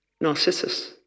Narcissus